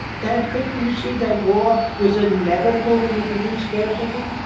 dad, couldn't you see that war was inevitable when you produce scarcity?